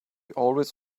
always